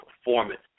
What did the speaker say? performance